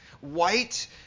White